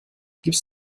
gibst